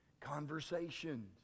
conversations